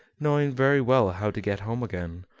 knowing very well how to get home again,